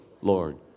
Lord